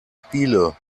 spiele